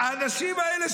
האנשים האלה,